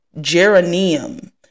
geranium